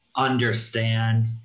Understand